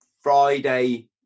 Friday